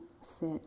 sit